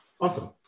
Awesome